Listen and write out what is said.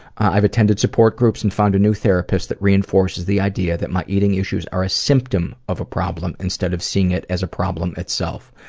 i've attended support groups and found a new therapist that reinforces the idea that my eating issues are a symptom of a problem, instead of seeing it as a problem itself.